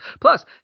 Plus